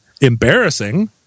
embarrassing